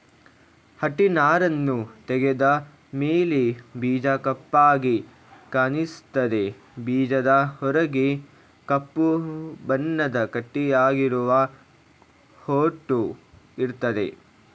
ಹತ್ತಿನಾರನ್ನು ತೆಗೆದ ಮೇಲೆ ಬೀಜ ಕಪ್ಪಾಗಿ ಕಾಣಿಸ್ತದೆ ಬೀಜದ ಹೊರಗೆ ಕಪ್ಪು ಬಣ್ಣದ ಗಟ್ಟಿಯಾಗಿರುವ ಹೊಟ್ಟು ಇರ್ತದೆ